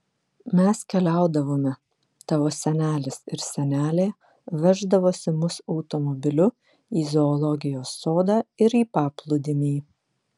mes keliaudavome tavo senelis ir senelė veždavosi mus automobiliu į zoologijos sodą ir į paplūdimį